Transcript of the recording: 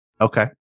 Okay